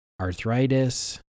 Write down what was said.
arthritis